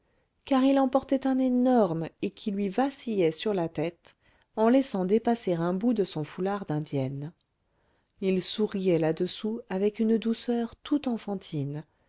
car il en portait un énorme et qui lui vacillait sur la tête en laissant dépasser un bout de son foulard d'indienne il souriait là-dessous avec une douceur tout enfantine